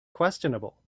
questionable